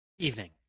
evening